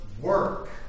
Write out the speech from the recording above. work